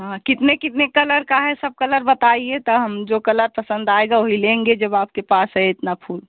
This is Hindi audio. हाँ कितने कितने कलर का है सब कलर बताइए तो हम जो कलर पसंद आएगा वही लेंगे जब आपके पास है इतने फूल